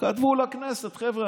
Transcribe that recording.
כתבו לכנסת: חבר'ה,